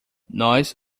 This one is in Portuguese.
nós